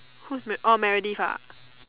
who is ma~ orh Meredith ah